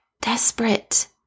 desperate